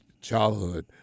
childhood